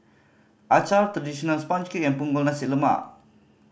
acar traditional sponge cake and Punggol Nasi Lemak